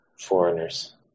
foreigners